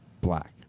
black